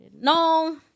No